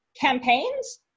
campaigns